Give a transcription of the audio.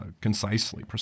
concisely